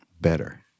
better